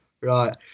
Right